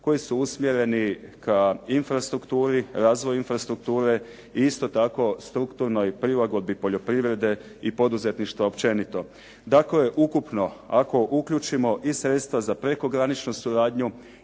koji su usmjereni ka infrastrukturi, razvoju infrastrukture i isto tako strukturnoj prilagodbi poljoprivrede i poduzetništva općenito. Dakle, ukupno ako uključimo i sredstva za prekograničnu suradnju